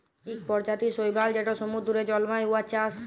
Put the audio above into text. ইক পরজাতির শৈবাল যেট সমুদ্দুরে জল্মায়, উয়ার চাষ